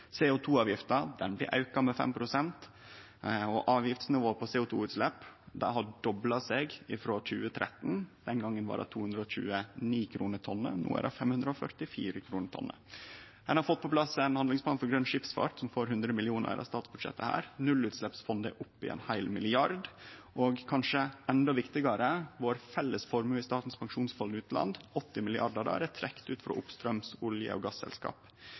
blir auka med 5 pst., og avgiftsnivået på CO 2 -utslepp har dobla seg frå 2013 – den gongen var det 229 kr per tonn, no er det 544 kr per tonn. Ein har fått på plass ein handlingsplan for grøn skipsfart som får 100 mill. kr i dette statsbudsjettet. Nullutsleppsfondet er oppe i ein heil milliard, og kanskje endå viktigare: Frå den felles formuen vår i Statens pensjonsfond utland er det trekt ut 80 mrd. kr frå oppstraums olje- og